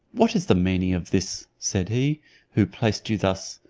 what is the meaning of this? said he who placed you thus?